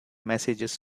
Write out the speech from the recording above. messages